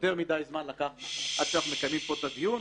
יותר מדי זמן לקח עד שאנחנו מקיימים פה את הדיון,